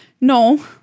No